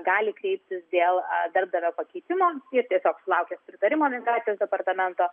gali kreiptis dėl darbdavio pakeitimo jis tiesiog sulaukia pritarimo migracijos departamento